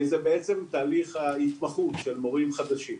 זה בעצם תהליך ההתמחות של מורים חדשים.